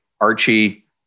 Archie